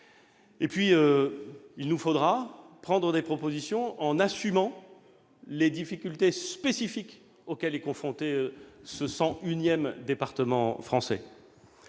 eux. Il nous faudra formuler des propositions en assumant les difficultés spécifiques auxquelles est confronté ce cent unième département français.